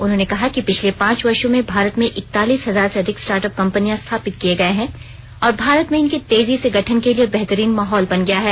उन्होंने कहा कि पिछले पांच वर्षो में भारत में इक्तालीस हजार से अधिक स्टार्टअप कंपनियां स्थापित किये गए हैं और भारत में इनके तेजी से गठन के लिए बेहतरीन माहौल बन गया है